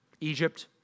Egypt